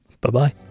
Bye-bye